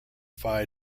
phi